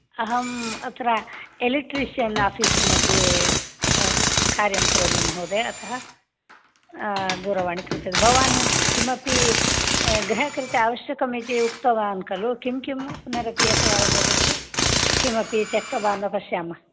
अहम् अत्र electrician office मध्ये कार्यं करोमि महोदय अतः दूरवाणी कृतवती भवान् किमपि गृहस्य कृते अवश्यकम् इति उक्तवान् खलु किं किं पुनरेकवारं वदतु किमपि त्यक्तवान् वा पश्यामः